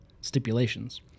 stipulations